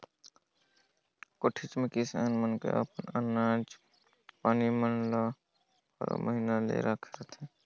कोठीच मे किसान मन अपन अनाज पानी मन ल बारो महिना ले राखे रहथे